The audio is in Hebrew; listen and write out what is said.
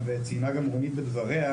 וציינה גם רונית בדבריה,